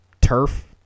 turf